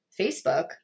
Facebook